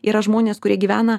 yra žmonės kurie gyvena